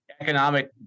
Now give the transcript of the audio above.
economic